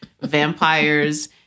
vampires